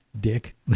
Dick